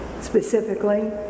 specifically